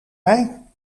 mij